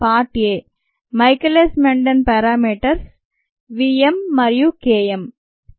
part a Michaelis Menten parameters v m మరియు K m